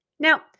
Now